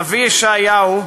הנביא ישעיהו אמר: